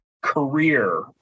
career